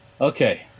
Okay